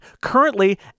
Currently